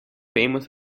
famous